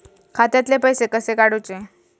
खात्यातले पैसे कसे काडूचे?